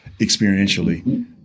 experientially